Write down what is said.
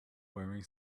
wearing